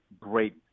great